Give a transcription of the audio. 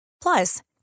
Plus